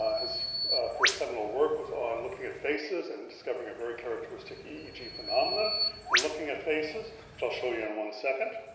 ah his first seminal work was on looking at faces and discovering a very characteristic eeg phenomenon in looking at faces, which i'll show you in one second.